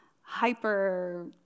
hyper